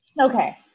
Okay